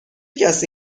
کسی